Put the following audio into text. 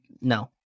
no